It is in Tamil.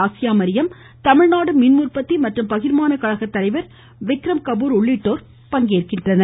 ஆசியா மரியம் தமிழ்நாடு மின்உற்பத்தி மற்றும் பகிர்மான கழக தலைவர் விக்ரம் கபூர் உள்ளிட்டோர் இதில் பங்கேற்றனர்